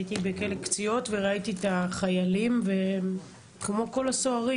הייתי בכלא קציעות וראיתי את החיילים והם כמו כל הסוהרים.